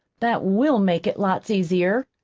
that will make it lots easier,